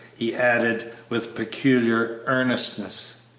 he added, with peculiar earnestness.